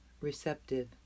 receptive